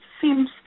seems